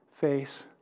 face